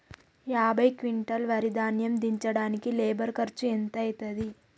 యాభై క్వింటాల్ వరి ధాన్యము దించడానికి లేబర్ ఖర్చు ఎంత అయితది?